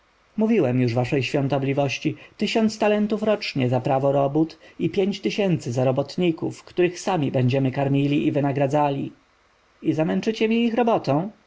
mówiłem już waszej świątobliwości tysiąc talentów rocznie za prawo robót i pięć tysięcy za robotników których sami będziemy karmili i wynagradzali i zamęczycie mi ich robotą